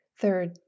Third